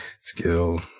skill